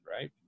Right